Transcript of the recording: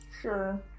Sure